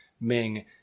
Ming